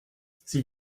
sie